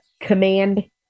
command